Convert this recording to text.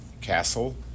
castle